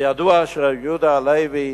וידוע שרבי יהודה הלוי,